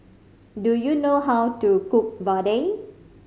do you know how to cook vadai